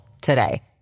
today